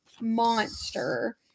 monster